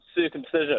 circumcision